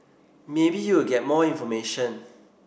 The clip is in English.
maybe you will get more information